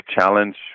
challenge